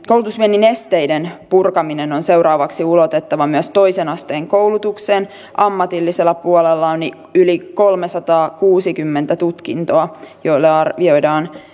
koulutusviennin esteiden purkaminen on seuraavaksi ulotettava myös toisen asteen koulutukseen ammatillisella puolella on yli kolmesataakuusikymmentä tutkintoa joille arvioidaan